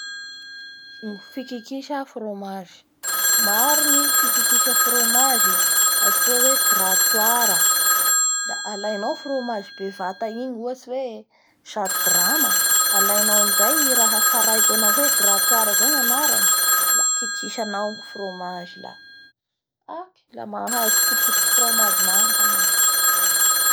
Ny fikikisa fromage maro ny fikikisa fromage ee! atsoa hoe gratoir aa alaianao fromage bevata igny ohatsy hoe zato grama! Aaianao amizay tsaraiko anao hoe gratoirzao gnanarany la kikisanao ny fromage la haky la mahazo potopotoky fromage maro hanao.